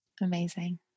Amazing